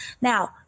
Now